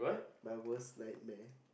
my worst nightmare